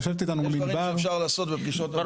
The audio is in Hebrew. יש דברים שאפשר לעשות בפגישות עבודה.